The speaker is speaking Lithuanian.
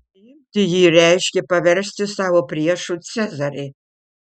priimti jį reiškė paversti savo priešu cezarį